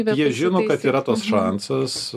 jie žino kad yra tas šansas